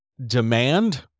demand